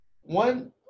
One